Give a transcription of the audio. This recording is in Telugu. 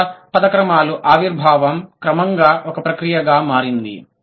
కొత్త పద క్రమాల ఆవిర్భావం క్రమంగా ఒక ప్రక్రియగా మారింది